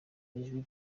ijwi